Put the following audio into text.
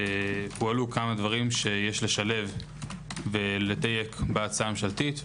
שהועלו כמה דברים שיש לשלב ולדייק בהצעה הממשלתית.